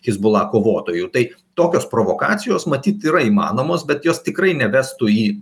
hezbollah kovotojų tai tokios provokacijos matyt yra įmanomos bet jos tikrai nevestų į